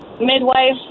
Midwife